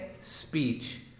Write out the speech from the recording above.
speech